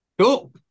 cool